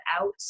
out